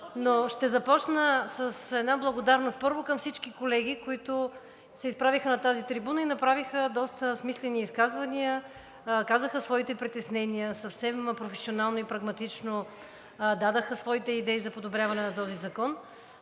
но ще започна с една благодарност, първо, към всички колеги, които се изправиха на тази трибуна и направиха доста смислени изказвания, казаха своите притеснения съвсем професионално и прагматично, дадоха своите идеи за подобряване на този закон.